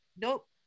nope